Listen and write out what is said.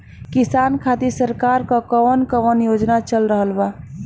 किसान खातिर सरकार क कवन कवन योजना चल रहल बा?